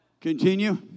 Continue